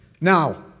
Now